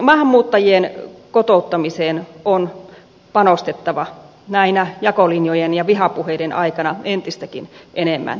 maahanmuuttajien kotouttamiseen on panostettava näinä jakolinjojen ja vihapuheiden aikoina entistäkin enemmän